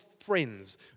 friends